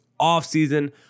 offseason